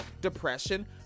depression